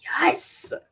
Yes